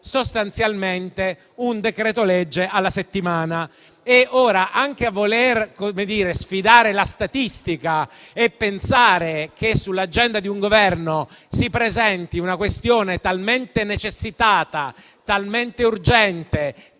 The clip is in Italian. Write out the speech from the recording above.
sostanzialmente, un decreto-legge a settimana. Ora, anche a voler sfidare la statistica e pensare che sull'agenda di un Governo si presenti una questione talmente necessitata, urgente